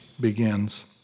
Begins